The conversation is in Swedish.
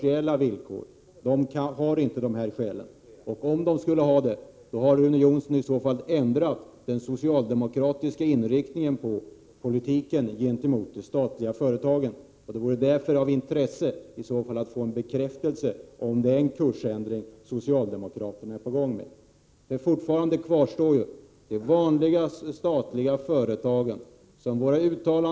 Ja, det är klart. Det har rått högkonjunktur under några år.